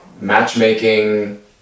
matchmaking